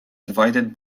divided